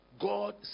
God